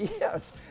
Yes